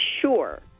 sure